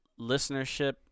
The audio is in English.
listenership